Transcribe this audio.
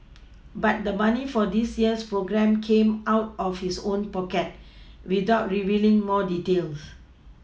but the money for this year's programme came out of his own pocket without revealing more details